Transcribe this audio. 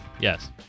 Yes